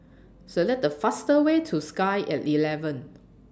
Select The fast Way to Sky At eleven